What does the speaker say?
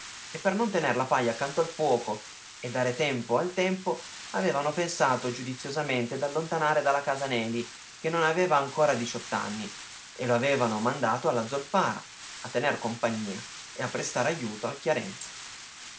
e per non tener la paglia accanto al fuoco e dare tempo al tempo avevano pensato giudiziosamente d'allontanare dalla casa neli che non aveva ancora diciotto anni e lo avevano mandato alla zolfara a tener compagnia e a prestare ajuto al chiarenza